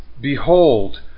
Behold